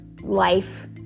life